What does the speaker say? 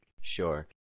Sure